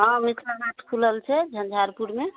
हँ मिथिला हाट खुलल छै झन्झारपुरमे